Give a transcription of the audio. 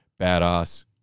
badass